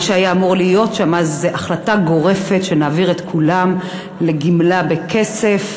מה שהיה אמור להיות שם זה החלטה גורפת שנעביר את כולם לגמלה בכסף,